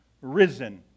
risen